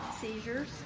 Seizures